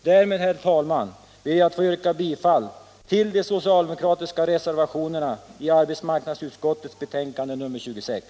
Därmed, herr talman, ber jag att få yrka bifall till de socialdemokratiska — Nr 129